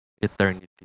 eternity